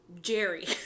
Jerry